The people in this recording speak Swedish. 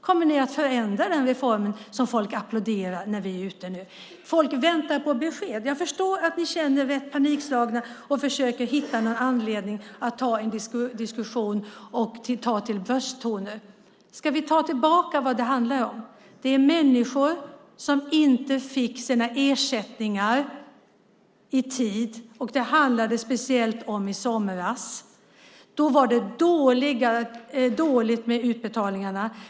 Kommer ni att förändra den reform som folk applåderar? Folk väntar på besked. Jag förstår att ni känner er panikslagna och försöker hitta en anledning att ta en diskussion och ta till brösttoner. Ska vi gå tillbaka till vad det här handlar om? Det är fråga om människor som inte fick sina ersättningar i tid. Det handlar speciellt om i somras. Då var det dåligt med utbetalningarna.